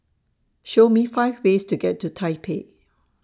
Show Me five ways to get to Taipei